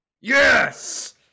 Yes